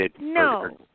No